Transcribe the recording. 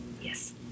Yes